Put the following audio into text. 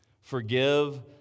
forgive